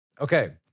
okay